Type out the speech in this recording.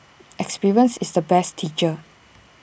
experience is the best teacher